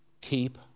Keep